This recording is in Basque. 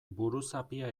buruzapia